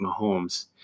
Mahomes